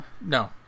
No